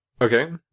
Okay